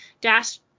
Dash